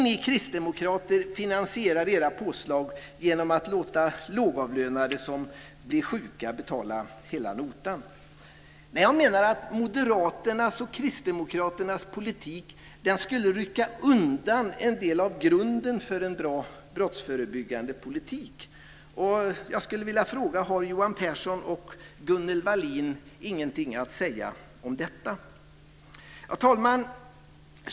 Ni kristdemokrater finansierar era påslag genom att låta lågavlönade som blir sjuka betala hela notan. Moderaternas och Kristdemokraternas politik skulle rycka undan en del av grunden för en bra brottsförebyggande politik. Har Johan Pehrson och Gunnel Wallin inget att säga om detta? Fru talman!